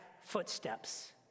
footsteps